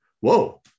Whoa